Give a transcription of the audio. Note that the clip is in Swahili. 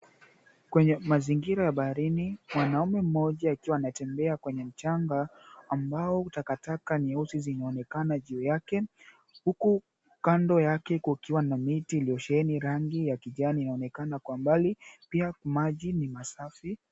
Kwenye mazingira ya baharini mwanamume mmoja akiwa anatembea kwenye mchanga ambao takataka nyeusi zimeonekana juu yake huku kando yake kukiwa na miti iliyosheeni rangi ya kijani yanaonekana kwa mbali pia maji ni masafi.